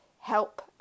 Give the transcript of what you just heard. help